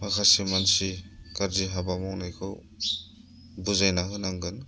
माखासे मानसि गाज्रि हाबा मावनायखौ बुजायना होनांगोन